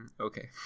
Okay